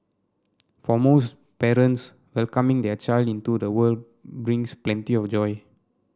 for most parents welcoming their child into the world brings plenty of joy